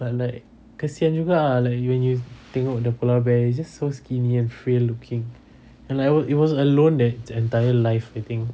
but like kesian juga ah like you when you tengok the polar bear it's just so skinny and frail looking and like it was alone that in its entire life I think